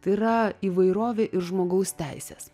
tai yra įvairovė ir žmogaus teisės